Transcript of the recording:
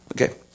Okay